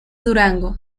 durango